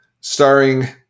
starring